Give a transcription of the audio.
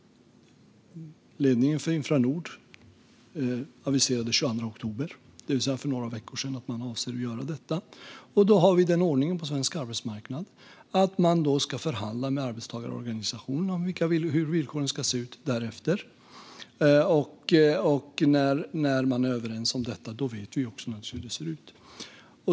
Ledningen för Infranord aviserade den 22 oktober, för några veckor sedan, att man avser att göra detta. På svensk arbetsmarknad har vi den ordningen att man då ska förhandla med arbetstagarorganisationerna om hur villkoren ska se ut därefter. När man är överens om detta vet vi också hur det ser ut.